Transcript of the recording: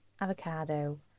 avocado